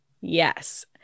Yes